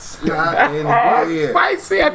spicy